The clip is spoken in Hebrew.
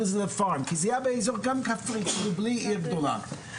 לזה החווה כי זה היה באזור כפרי בלי עיר גדולה,